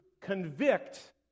convict